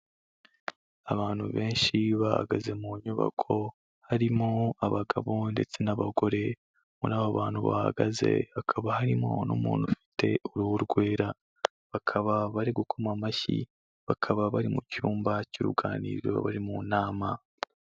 Abantu benshi bahagaze mu nyubako, harimo abagabo ndetse n'abagore. Muri aba bantu bahagaze hakaba harimo n'umuntu ufite uruhu rwera, bakaba bari gukoma amashyi, bakaba bari mu cyumba cy'uruganiriro bari mu nama.